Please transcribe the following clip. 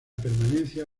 permanencia